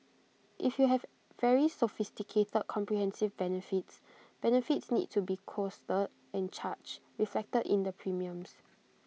if you have very sophisticated the comprehensive benefits benefits need to be costed and charged reflected in the premiums